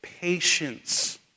patience